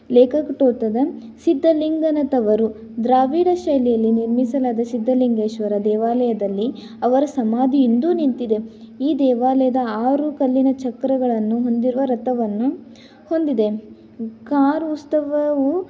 ಲೇಖ ತೋಟದ ಸಿದ್ಧಲಿಂಗನ ತವರು ದ್ರಾವಿಡ ಶೈಲಿಯಲ್ಲಿ ನಿರ್ಮಿಸಲಾದ ಸಿದ್ದಲಿಂಗೇಶ್ವರ ದೇವಾಲಯದಲ್ಲಿ ಅವರ ಸಮಾಧಿ ಇಂದೂ ನಿಂತಿದೆ ಈ ದೇವಾಲಯದ ಆರು ಕಲ್ಲಿನ ಚಕ್ರಗಳನ್ನು ಹೊಂದಿರುವ ರಥವನ್ನು ಹೊಂದಿದೆ ಕಾರ್ ಉತ್ಸವವು